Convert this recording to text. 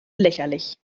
lächerlich